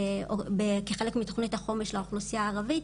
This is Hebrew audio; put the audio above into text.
שכחלק מתכנית החומש לאוכלוסייה הערבית,